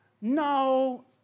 No